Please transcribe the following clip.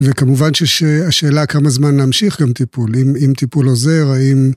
וכמובן שהשאלה כמה זמן להמשיך גם טיפול, אם טיפול עוזר, האם...